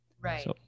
Right